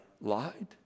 lied